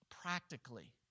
practically